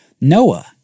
Noah